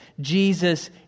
Jesus